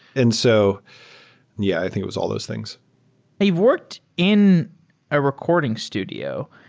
and so yeah, i think it was all those things i've worked in a recording studio.